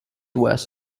west